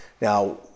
Now